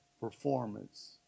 performance